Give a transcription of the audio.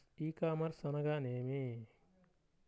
E commerce అనగా నేమి?